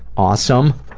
awesome.